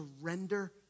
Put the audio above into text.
surrender